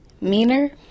meaner